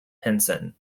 henson